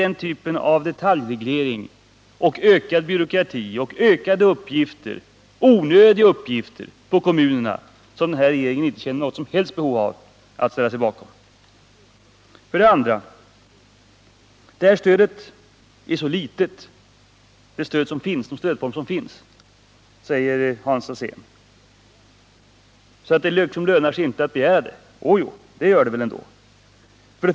Den typen av detaljreglering, ökad byråkrati och ökade onödiga uppgifter för kommunerna känner den här regeringen inte något som helst behov av att ställa sig bakom. För det andra: De stödformer som finns ger så litet, säger Hans Alsén, att det inte lönar sig att begära något. Å jo, det gör det väl ändå!